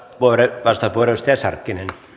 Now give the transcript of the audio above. voi repäistä puriste sarkkinen